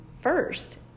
first